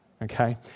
Okay